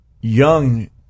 young